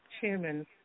chairman